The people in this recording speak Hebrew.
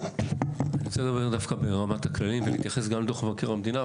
אני רוצה לדבר דווקא ברמת הכללים ולהתייחס גם לדוח מבקר המדינה,